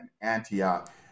Antioch